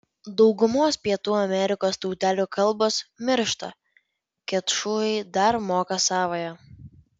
daugumos pietų amerikos tautelių kalbos miršta kečujai dar moka savąją